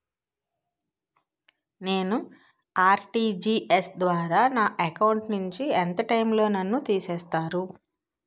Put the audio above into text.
నేను ఆ.ర్టి.జి.ఎస్ ద్వారా నా అకౌంట్ నుంచి ఎంత టైం లో నన్ను తిసేస్తారు?